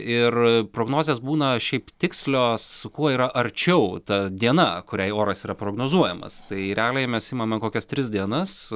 ir prognozės būna šiaip tikslios su kuo yra arčiau ta diena kuriai oras yra prognozuojamas tai realiai mes imame kokias tris dienas